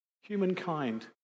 Humankind